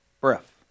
Breath